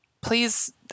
Please